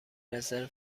رزرو